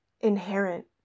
inherent